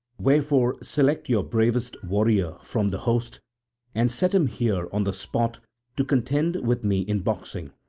wherefore select your bravest warrior from the host and set him here on the spot to contend with me in boxing.